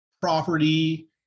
property